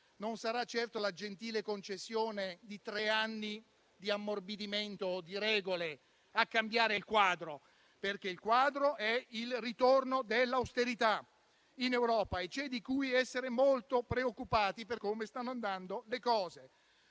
non sarà certo la gentile concessione di tre anni di ammorbidimento di regole a cambiare il quadro, perché il quadro è il ritorno dell'austerità in Europa e c'è di cosa essere molto preoccupati per come stanno andando le cose.